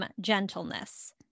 gentleness